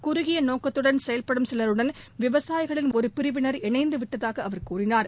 குறுகிய நோக்கத்தடன் செயல்படும் சிலருடன் விவசாயிகளின் ஒரு பிரிவினர் இணைந்து விட்டதாக அவர் கூறினார்